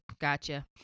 Gotcha